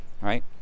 right